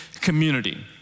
community